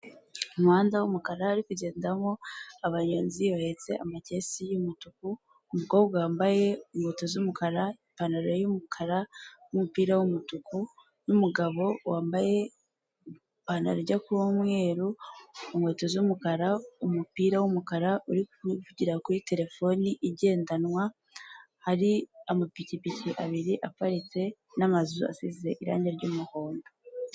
Umuhanda w'umukara ari kugendamo abayonzi yoheretse amakesi y'umutuku umukobwa wambaye inkweto z'umukara ipantaro y'umukara numupira w'umutuku n'umugabo wambaye ipantarorya k'umweru inkweto z'umukara umupira w'umukara uri kuvugira kuri terefone igendanwa hari amapikipiki abiri aparitse n'amazu asize irangi ry'muhondo.